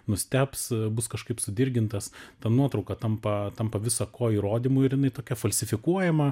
nustebs bus kažkaip sudirgintas ta nuotrauka tampa tampa visa ko įrodymu ir jinai tokia falsifikuojama